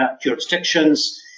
jurisdictions